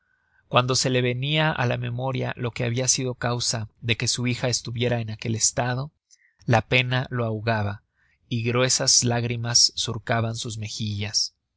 cuando se le venia á la memoria lo que habia sido causa de que su hija estuviera en aquel estado la pena lo ahogaba y gruesas lágrimas surcaban sus mejillas